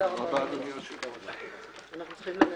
הישיבה ננעלה בשעה 13:45.